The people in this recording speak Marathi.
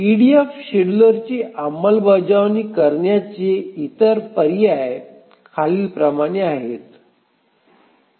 ईडीएफ शेड्यूलरची अंमलबजावणी करण्याचे इतर पर्याय खालीलप्रमाणे आहेत